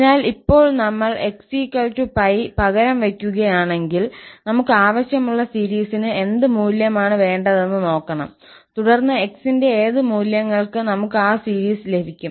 അതിനാൽ ഇപ്പോൾ നമ്മൾ 𝑥 𝜋 പകരം വയ്ക്കുകയാണെങ്കിൽ നമുക്ക് ആവശ്യമുള്ള സീരീസിന് എന്ത് മൂല്യമാണ് വേണ്ടതെന്ന് നോക്കണം തുടർന്ന് 𝑥 ന്റെ ഏത് മൂല്യങ്ങൾക്ക് നമുക്ക് ആ സീരീസ് ലഭിക്കും